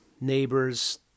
neighbor's